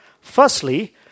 firstly